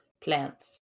plants